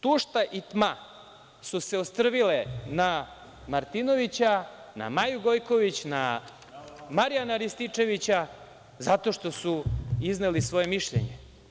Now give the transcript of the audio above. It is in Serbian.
Tušta i tma su se ostrvile na Martinovića, na Maju Gojković, na Marijana Rističevića zato što su izneli svoje mišljenje.